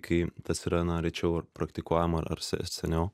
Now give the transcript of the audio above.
kai tas yra na rėčiau ir praktikuojam ar seniau